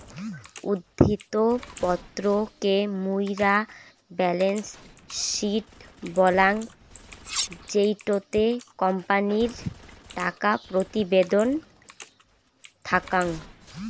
উদ্ধৃত্ত পত্র কে মুইরা বেলেন্স শিট বলাঙ্গ জেটোতে কোম্পানির টাকা প্রতিবেদন থাকাং